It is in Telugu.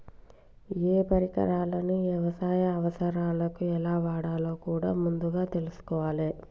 ఏయే పరికరాలను యవసాయ అవసరాలకు ఎలా వాడాలో కూడా ముందుగా తెల్సుకోవాలే